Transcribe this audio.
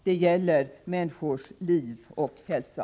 Det gäller människors liv och hälsa.